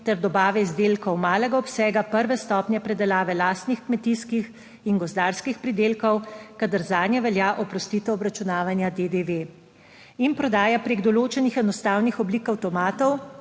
ter dobave izdelkov malega obsega prve stopnje predelave lastnih kmetijskih in gozdarskih pridelkov, kadar zanje velja oprostitev obračunavanja DDV in prodaja preko določenih enostavnih oblik avtomatov,